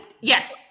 yes